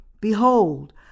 Behold